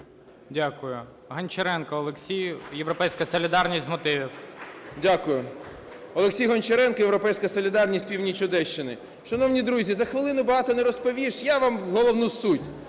Дякую. Гончаренко Олексій, "Європейська солідарність", з мотивів. 11:29:46 ГОНЧАРЕНКО О.О. Дякую. Олексій Гончаренко, "Європейська солідарність", північ Одещини. Шановні друзі, за хвилину багато не розповіш, я вам головну суть.